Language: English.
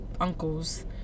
uncles